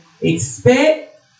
Expect